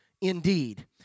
indeed